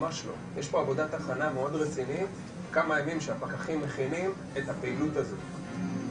מאתרים אותן, מפרקים אותן.